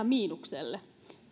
miinukselle